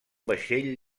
vaixell